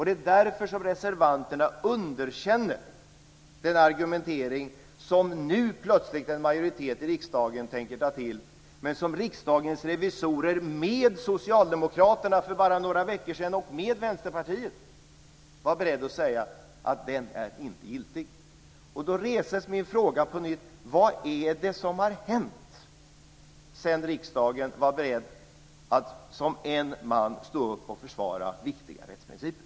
Det är därför reservanterna underkänner den argumentering som nu plötsligt en majoritet i riksdagen tänker ta till, som Riksdagens revisorer för bara några veckor sedan, med Socialdemokraterna och Vänsterpartiet, var beredd att säga inte var giltig. Min fråga reses på nytt: Vad är det som har hänt sedan riksdagen var beredd att som en man stå upp och försvara viktiga rättsprinciper?